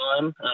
time